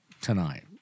tonight